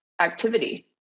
activity